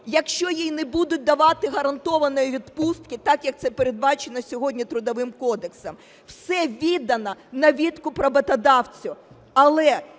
якщо їй не будуть давати гарантованої відпустки так як це передбачено сьогодні Трудовим кодексом? Все віддано на відкуп роботодавцю.